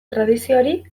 tradizioari